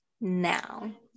now